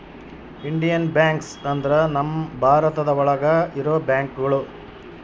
Indian banks ಅಂದ್ರ ನಮ್ ಭಾರತ ಒಳಗ ಇರೋ ಬ್ಯಾಂಕ್ಗಳು